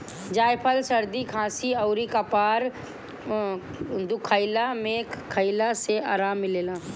जायफल सरदी खासी अउरी कपार दुखइला में खइला से आराम मिलेला